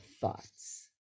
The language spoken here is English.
thoughts